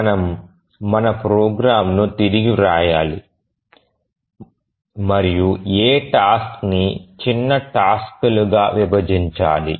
మనము మన ప్రోగ్రామ్ను తిరిగి వ్రాయాలి మరియు ఈ టాస్క్ ని చిన్న టాస్క్ లుగా విభజించాలి